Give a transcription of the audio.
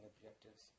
objectives